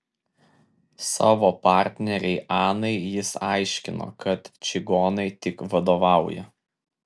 savo partnerei anai jis aiškino kad čigonai tik vadovauja